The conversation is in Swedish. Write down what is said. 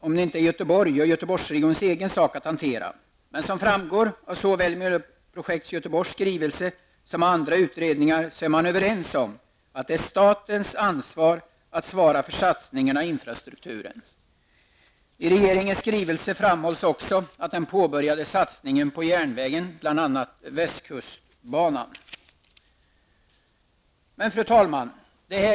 Är det inte Göteborgs och Göteborgsregionens egen sak att hantera? Men som framgår av såväl skrivelsen från Miljöprojekt Göteborg som av andra utredningar är man överens om att det är statens ansvar att svara för satsningarna i infrastrukturen. I regeringens skrivelse framhålls också den påbörjade satsningen på järnvägen, bl.a. västkustbanan. Fru talman!